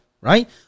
right